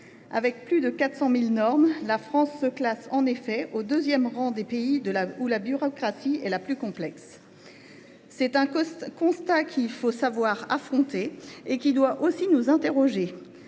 Avec plus de 400 000 normes, la France se classe au deuxième rang des pays où la bureaucratie est la plus complexe. C’est un constat qu’il faut savoir affronter et qui doit aussi nous interroger,